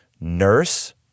Nurse